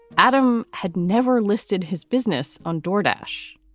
adam had never listed his business on jordache.